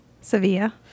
Sevilla